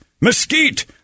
mesquite